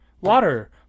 water